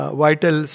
vital